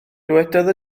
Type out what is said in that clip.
dywedodd